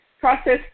process